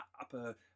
upper